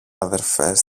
αδελφές